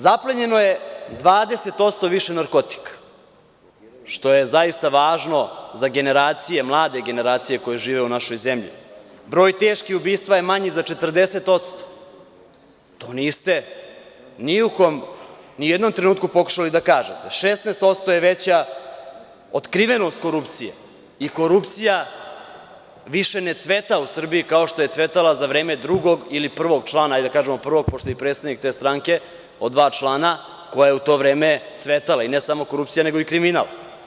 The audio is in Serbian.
Zaplenjeno je 20% više narkotika, što zaista važno za mlade generacije koje žive u našoj zemlji, broj teških ubistava je manji za 40%, to niste ni u jednom trenutku pokušali da kažete, 16% je veća otkrivenost korupcije i korupcija više ne cveta u Srbiji kao što je cvetala za vreme drugog ili prvog člana, hajde da kažemo prvog, pošto je predsednik te stranke od dva člana, koja je u to vreme cvetala, ne samo korupcija nego i kriminal.